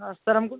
हाँ सर हमको